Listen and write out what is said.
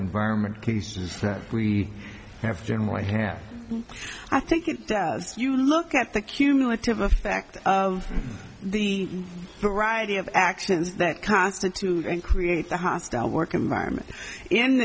environment cases that we have generally had i think it does you look at the cumulative effect of the riaa the of actions that constitute and creates a hostile work environment in